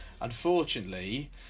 unfortunately